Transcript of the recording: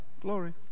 glory